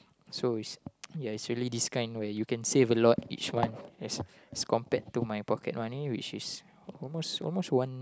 so it's ya it's really this kind where you can save a lot each month as as compared to my pocket money which is almost almost one